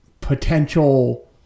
potential